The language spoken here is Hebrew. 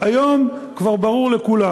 היום כבר ברור לכולם